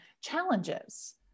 challenges